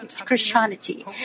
Christianity